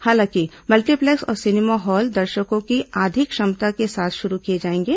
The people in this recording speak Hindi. हालांकि मल्टीप्लेक्स और सिनेमा हॉल दर्शकों की आधी क्षमता के साथ शुरू किए जाएंगे